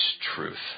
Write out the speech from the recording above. truth